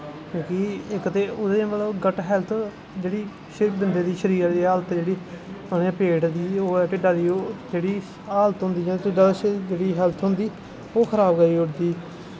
क्योंकि इसदे मतलब ओह्दे च घट्ट हैल्थ जेह्ड़ी बंदे दे शरीरे दी हाल्त जेह्ड़ी पेट दी ढिड्डा दी जेह्ड़ी हालत होंदा जां हैल्थ होंदी ओह् खराब करी ओड़दी